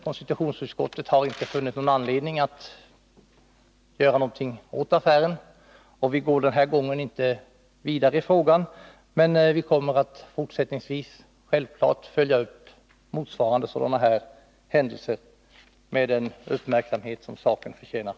Konstitutionsutskottet har inte funnit anledning att göra någonting åt affären. Den här gången går vi inte vidare i frågan, men Nr 146 självfallet kommer vi fortsättningsvis att följa upp motsvarande händelser Onsdagen den med den uppmärksamhet som de förtjänar.